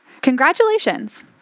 congratulations